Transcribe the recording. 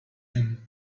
him